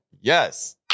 Yes